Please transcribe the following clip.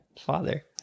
father